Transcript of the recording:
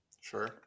Sure